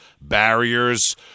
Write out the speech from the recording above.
barriers